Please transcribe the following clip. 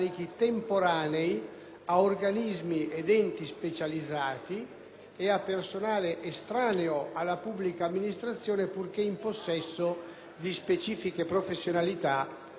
e a personale estraneo alla pubblica amministrazione purché in possesso di specifiche professionalità, con preferenza, anche in questo caso, per le professionalità locali.